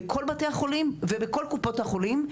בכל בתי החולים ובכל קופות החולים,